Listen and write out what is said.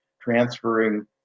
transferring